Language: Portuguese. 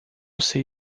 sei